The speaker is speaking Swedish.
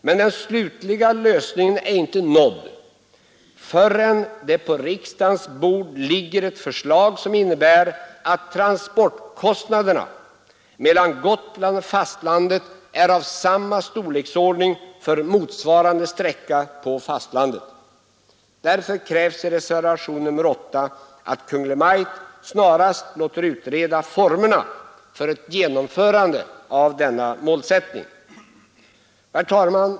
Men den slutliga lösningen är inte nådd förrän det på riksdagens bord ligger ett förslag som innebär att transportkostnaden mellan Gotland och fastlandet är av samma storleksordning som för motsvarande sträcka på fastlandet. Därför krävs i reservationen 8 att Kungl. Maj:t snarast låter utreda formerna för ett genomförande av denna målsättning. Herr talman!